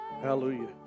hallelujah